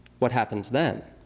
what happens then?